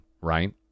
right